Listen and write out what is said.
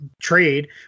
trade